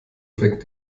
fängt